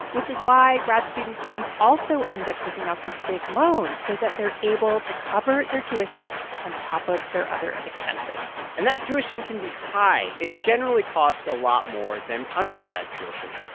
which is why grad students can also end up taking out these big loans, so that they're able to cover their tuition on top of their other expenses and that tuition can be high. high. it generally costs a lot more than undergrad tuition,